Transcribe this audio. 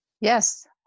Yes